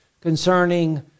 concerning